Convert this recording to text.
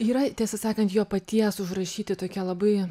yra tiesą sakant jo paties užrašyti tokie labai